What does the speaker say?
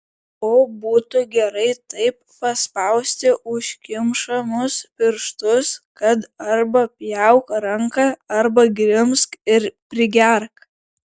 o būtų gerai taip paspausti užkišamus pirštus kad arba pjauk ranką arba grimzk ir prigerk